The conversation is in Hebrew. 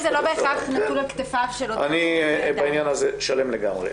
לא בהכרח נתון על כתפיו של אותו --- בעניין הזה אני שלם לגמרי.